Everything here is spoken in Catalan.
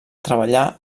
treballar